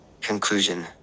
Conclusion